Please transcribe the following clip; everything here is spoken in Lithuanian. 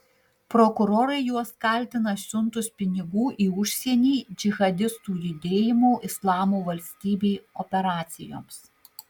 prokurorai juos kaltina siuntus pinigų į užsienį džihadistų judėjimo islamo valstybė operacijoms